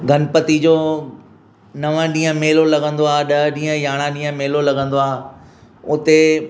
गणपति जो नव डींहं मेलो लॻंदो आहे ॾह ॾींहं यारहं ॾींहं मेलो लॻंदो आहे उते